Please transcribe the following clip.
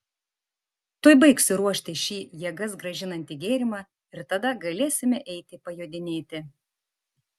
tuoj baigsiu ruošti šį jėgas grąžinantį gėrimą ir tada galėsime eiti pajodinėti